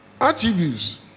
Attributes